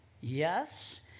yes